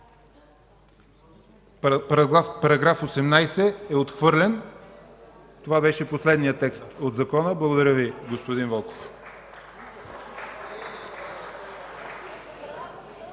Параграф 18 е отхвърлен. Това беше последният текст от Закона. Благодаря Ви, господин Вълков.